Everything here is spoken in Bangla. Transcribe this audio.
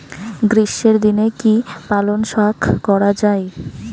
গ্রীষ্মের দিনে কি পালন শাখ করা য়ায়?